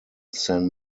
san